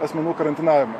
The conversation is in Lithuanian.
asmenų karantinavimą